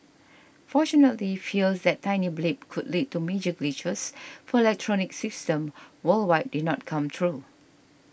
fortunately fears that tiny blip could lead to major glitches for electronic systems worldwide did not come true